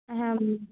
হ্যাঁ